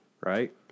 right